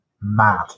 mad